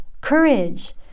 Courage